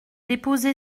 déposé